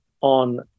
on